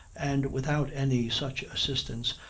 and without any such assistance,